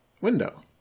window